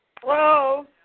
Hello